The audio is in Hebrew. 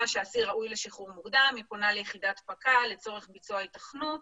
שאסיר ראוי לשחרור מוקדם היא פונה ליחידת פקא"ל לצורך ביצוע היתכנות